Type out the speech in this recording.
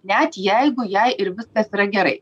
net jeigu jai ir viskas yra gerai